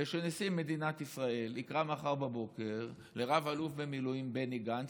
ושנשיא מדינת ישראל יקרא מחר בבוקר לרב-אלוף במילואים בני גנץ,